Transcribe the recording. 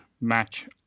match